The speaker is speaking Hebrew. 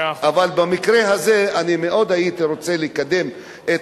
אבל במקרה הזה מאוד הייתי רוצה לקדם את